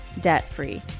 debt-free